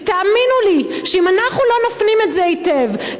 ותאמינו לי שאם אנחנו לא נפנים את זה היטב,